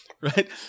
Right